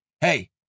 Hey